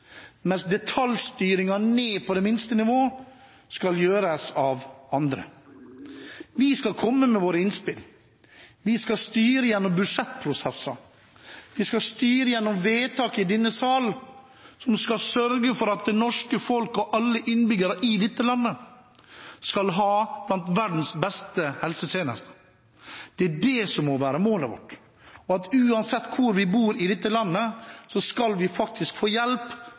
mens detaljstyringen ned på det minste nivå skal gjøres av andre. Vi skal komme med våre innspill. Vi skal styre gjennom budsjettprosesser. Vi skal styre gjennom vedtak i denne salen, som skal sørge for at det norske folk og alle innbyggere i dette landet skal ha blant verdens beste helsetjenester. Det er det som må være målet vårt: Uansett hvor vi bor i dette landet, skal vi faktisk få hjelp